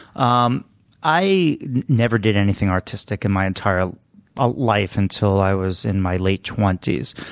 um i never did anything artistic in my entire ah life until i was in my late twenty s.